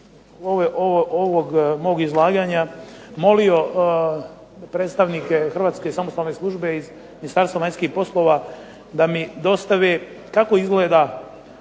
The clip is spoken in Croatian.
pripremi ovog mog izlaganja molio predstavnike Hrvatske samostalne službe iz Ministarstva vanjskih poslova da mi dostave kako izgleda